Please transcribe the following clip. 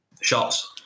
shots